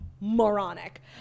moronic